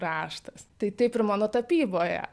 raštas tai taip ir mano tapyboje